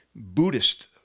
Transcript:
Buddhist